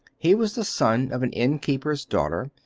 he was the son of an innkeeper's daughter,